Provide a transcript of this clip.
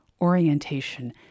orientation